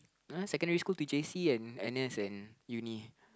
secondary school to J_C and N_S and uni